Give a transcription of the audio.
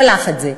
שלח את זה.